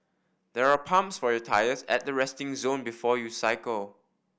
there are pumps for your tyres at the resting zone before you cycle